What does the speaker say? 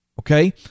Okay